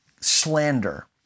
slander